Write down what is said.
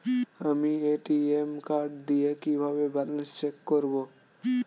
আমি ATM card দিয়ে কিভাবে ব্যালেন্স চেক করব?